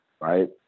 right